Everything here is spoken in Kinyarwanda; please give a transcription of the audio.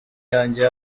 yanjye